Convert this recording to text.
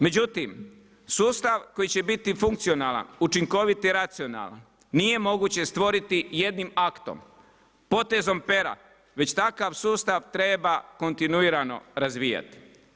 Međutim, sustav koji će biti funkcionalan, učinkoviti i racionalan, nije moguće stvoriti jednim aktom, potezom PER-a već takav sustav treba kontinuirano razvijati.